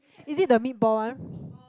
is it the meat ball one